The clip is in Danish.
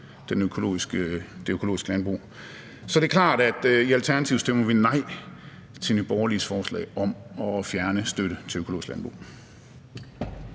det økologiske landbrug. Så det er klart, at vi i Alternativet stemmer nej til Nye Borgerliges forslag om at fjerne støtten til økologisk landbrug.